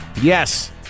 Yes